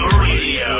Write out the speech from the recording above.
Radio